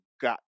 got